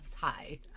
Hi